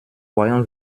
voyant